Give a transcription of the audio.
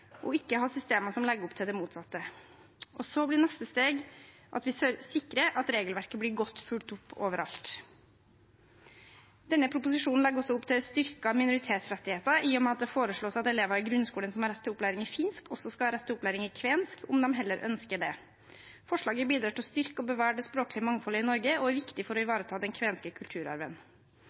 og ikke ha systemer som legger opp til det motsatte. Så blir neste steg at vi sikrer at regelverket blir godt fulgt opp overalt. Denne proposisjonen legger også opp til en styrking av minoritetsrettigheter i og med at det foreslås at elever i grunnskolen som har rett til opplæring i finsk, også skal ha rett til opplæring i kvensk, om de heller ønsker det. Forslaget bidrar til å styrke og bevare det språklige mangfoldet i Norge og er viktig for å ivareta den kvenske kulturarven.